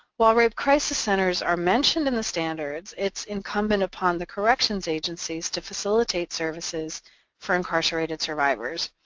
while rape crisis centers are mentioned in the standards, it's incumbent upon the corrections agencies to facilitate services for incarcerated survivors.